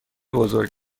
بزرگ